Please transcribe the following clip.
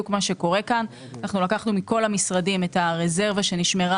מה שקורה כאן: לקחנו מכל המשרדים את הרזרבה שנשמרה